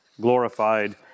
glorified